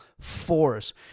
force